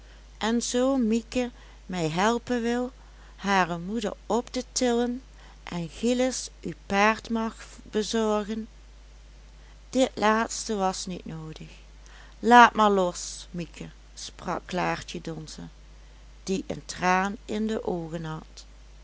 en zoo mieke mij helpen wil hare moeder op te tillen en gillis uw paard mag bezorgen dit laatste was niet noodig laat maar los mieke sprak klaartje donze die een traan in de oogen had